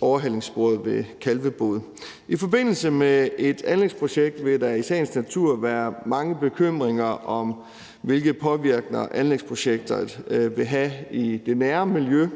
overhalingssporet ved Kalvebod. I forbindelse med et anlægsprojekt vil der i sagens natur være mange bekymringer om, hvilke påvirkninger anlægsprojekterne vil have i det nære miljø.